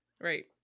Right